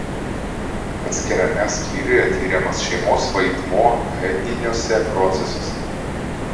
atskirame skyriuje tiriamas šeimos vaidmuo etniniuose procesuose